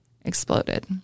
exploded